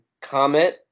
comment